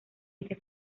este